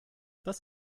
das